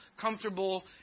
comfortable